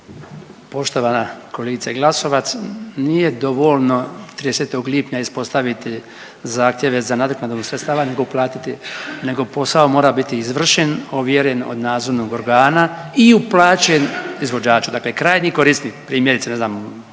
poštovana kolegice Glasovac, nije dovoljno 30. lipnja ispostaviti zahtjeve za nadoknadom sredstava nego uplatiti, nego posao mora biti izvršen, ovjeren od nadzornog organa i uplaćen izvođaču, dakle krajnji korisnik primjerice ne znam